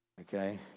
okay